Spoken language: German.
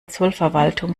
zollverwaltung